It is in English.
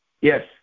Yes